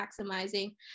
maximizing